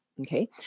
Okay